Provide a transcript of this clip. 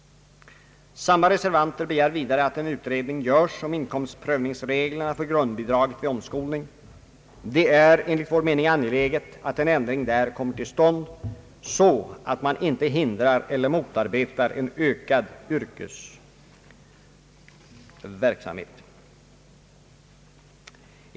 Samma reservanter begär vidare en utredning om inkomstprövningsreglerna för grundbidraget vid omskolning. Det är angeläget att en ändring där kommer till stånd, så att man inte hindrar eller motarbetar en ökad yrkesverksamhet.